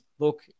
Look